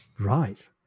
right